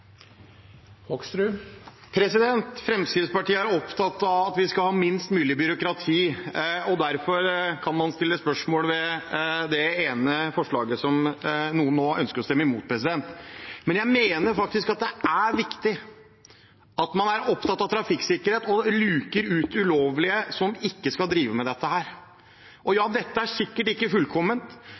opptatt av at vi skal ha minst mulig byråkrati, og derfor kan man stille spørsmål ved det ene forslaget noen nå ønsker å stemme imot. Jeg mener faktisk det er viktig at man er opptatt av trafikksikkerhet og luker ut de ulovlige, som ikke skal drive med dette. Dette er sikkert ikke fullkomment,